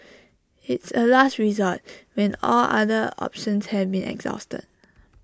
it's A last resort when all other options have been exhausted